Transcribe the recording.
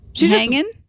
hanging